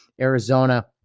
Arizona